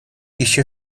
еще